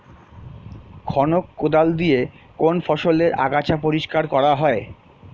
খনক কোদাল দিয়ে কোন ফসলের আগাছা পরিষ্কার করা হয়?